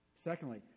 Secondly